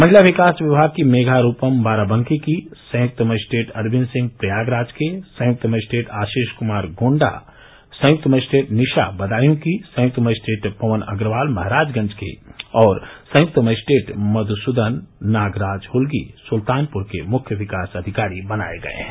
महिला विकास विभाग की मेघा रूपम बाराबंकी की संयुक्त मजिस्ट्रेट अरविन्द सिंह प्रयागराज के संयुक्त मजिस्ट्रेट आशीष कुमार गोण्डा संयुक्त मजिस्ट्रेट निशा बदायूं की संयुक्त मजिस्ट्रेट पवन अग्रवाल महराजगंज के और संयुक्त मजिस्ट्रेट मध्सूदन नागराज हुलगी सुल्तानपुर के मुख्य विकास अधिकारी बनाये गये हैं